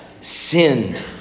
sinned